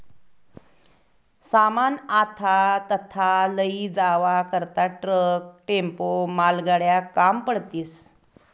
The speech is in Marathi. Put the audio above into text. सामान आथा तथा लयी जावा करता ट्रक, टेम्पो, मालगाड्या काम पडतीस